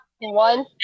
one